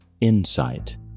insight